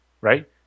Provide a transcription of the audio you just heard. right